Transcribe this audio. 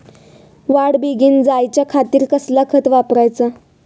वाढ बेगीन जायच्या खातीर कसला खत वापराचा?